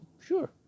sure